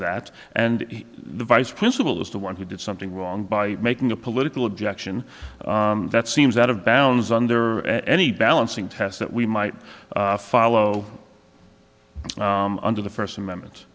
that and the vice principal is the one who did something wrong by making a political objection that seems out of bounds under any balancing test that we might follow under the first amendment